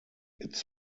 its